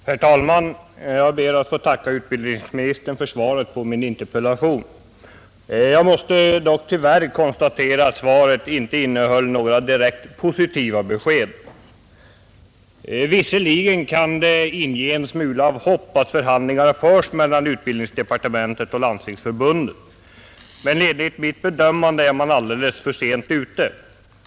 Herr talman! Jag ber att få tacka herr utbildningsministern för svaret på min interpellation. Jag måste dock tyvärr konstatera att det inte innehöll några direkt positiva besked. Visserligen kan det inge en smula hopp att förhandlingar förs mellan utbildningsdepartementet och Landstingsförbundet, men enligt mitt bedömande är man alldeles för sent ute.